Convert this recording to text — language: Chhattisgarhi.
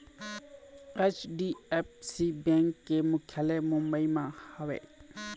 एच.डी.एफ.सी बेंक के मुख्यालय मुंबई म हवय